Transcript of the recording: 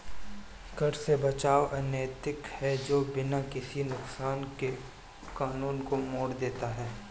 कर से बचाव अनैतिक है जो बिना किसी नुकसान के कानून को मोड़ देता है